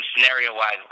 scenario-wise